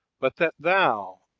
but that thou,